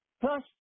Plus